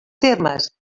termes